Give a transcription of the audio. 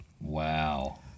Wow